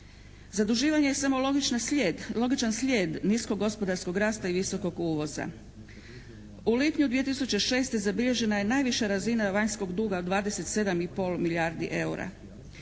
Zaduživanje je samo logičan slijed niskog gospodarskog rasta i visokog uvoza. U lipnju 2006. zabilježena je najviša razina vanjskog duga od 27,5 milijardi eura.